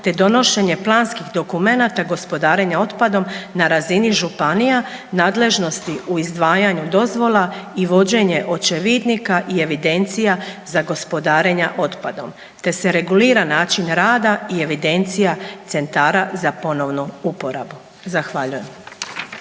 te donošenje planskih dokumenata gospodarenja otpadom na razini županija, nadležnosti u izdvajanju dozvola i vođenje očevidnika i evidencija za gospodarenja otpadom te se regulira način rada i evidencija centara za ponovnu uporabu. Zahvaljujem.